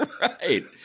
Right